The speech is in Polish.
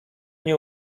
nie